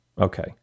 okay